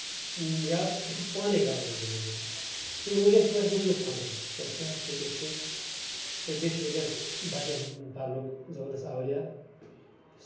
یا أسۍ ٲسۍ پانٕے کران یہِ زٔمیٖن دٲری چیوں کہِ اَسہِ چھِ پیٚوان وۄنۍ موٚزوٗر ژھارُن کیازِ صحت چھُنہٕ تیُتھ کیٚنٛہہ تہٕ بیٚیہِ چھُ وٕنکیٚنس بَچَن ہُند پَرنُک زَبردست آوریار